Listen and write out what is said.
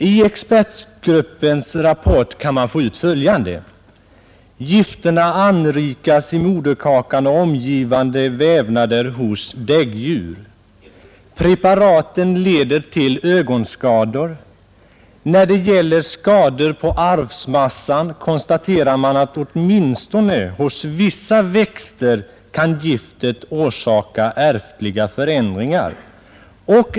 Av expertgruppens rapport kan man få ut följande: Gifterna anrikas i moderkakan och omgivande vävnader hos däggdjur. Preparaten leder till ögonskador. När det gäller skador på arvsmassan konstaterar man att åtminstone hos vissa växter kan giftet orsaka ärftliga förändringar.